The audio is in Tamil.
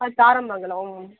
ஆ சாரமங்கலம்